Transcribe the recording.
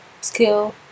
skill